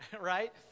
right